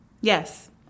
Yes